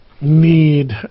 Need